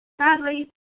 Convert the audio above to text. sadly